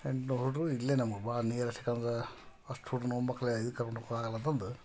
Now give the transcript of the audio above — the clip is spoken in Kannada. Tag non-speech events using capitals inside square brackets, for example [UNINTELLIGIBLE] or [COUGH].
ಎಂಟುನೂರು ಹುಡುಗ್ರು ಇಲ್ಲೆ ನಮಗೆ [UNINTELLIGIBLE] ಅಷ್ಟು ಹುಡ್ರು [UNINTELLIGIBLE] ಕರ್ಕಂಡು ಹೋಗಕೆ ಆಗಲ್ಲ ಅಂತಂದು